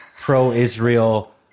pro-Israel